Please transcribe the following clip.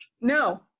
No